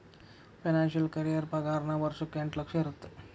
financial career ಪಾಗಾರನ ವರ್ಷಕ್ಕ ಎಂಟ್ ಲಕ್ಷ ಇರತ್ತ